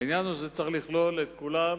העניין הוא שזה צריך לכלול את כולם,